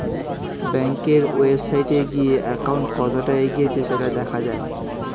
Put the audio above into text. ব্যাংকের ওয়েবসাইটে গিয়ে অ্যাকাউন্ট কতটা এগিয়েছে সেটা দেখা যায়